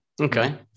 Okay